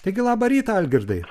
taigi labą rytą algirdai